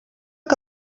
que